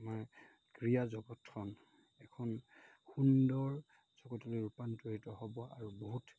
আমাৰ ক্ৰীড়া জগতখন এখন সুন্দৰ জগতলৈ